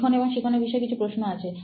লিখন ও শিখনের বিষয় কিছু প্রশ্ন আছে